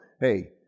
hey